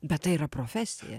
bet tai yra profesija